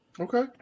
Okay